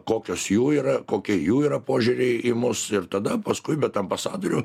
kokios jų yra kokie jų yra požiūriai į mus ir tada paskui bet ambasadorių